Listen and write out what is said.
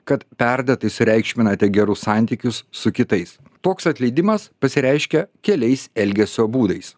kad perdėtai sureikšminate gerus santykius su kitais toks atleidimas pasireiškia keliais elgesio būdais